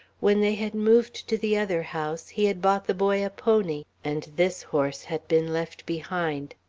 when they had moved to the other house, he had bought the boy a pony, and this horse had been left behind.